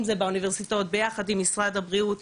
אם זה באוניברסיטאות ביחד עם משרד הבריאות.